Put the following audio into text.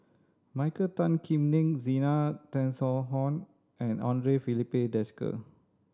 Michael Tan Kim Nei Zena Tessensohn and Andre Filipe Desker